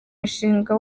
mushinga